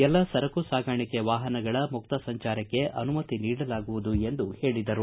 ಎಲ್ಲ ಸರಕು ಸಾಗಾಣಿಕೆ ವಾಹನಗಳ ಮುಕ್ತ ಸಂಚಾರಕ್ಕೆ ಅನುಮತಿ ನೀಡಲಾಗುವುದು ಎಂದು ಹೇಳಿದರು